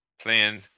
playing